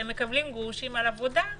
שמקבלים גרושים על עבודה.